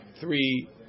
three